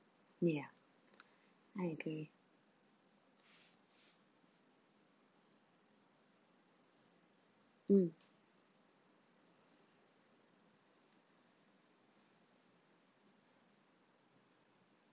ya I agree mm